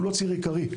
הוא לא ציר עיקרי.